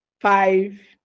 five